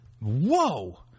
Whoa